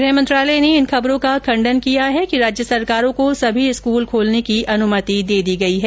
गृह मंत्रालय ने इन खबरों का खंडन किया है कि राज्य सरकारों को सभी स्कूल खोलने की अनुमति दे दी गई है